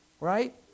right